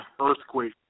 Earthquake